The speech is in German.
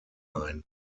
ein